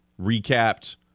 recapped